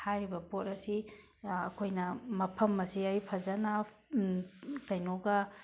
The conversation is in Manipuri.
ꯍꯥꯏꯔꯤꯕ ꯄꯣꯠ ꯑꯁꯤ ꯑꯩꯈꯣꯏꯅ ꯃꯐꯝ ꯑꯁꯤ ꯑꯩ ꯐꯖꯅ ꯀꯩꯅꯣꯒ